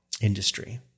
industry